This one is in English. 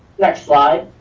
next slide.